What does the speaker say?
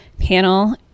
panel